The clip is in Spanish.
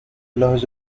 los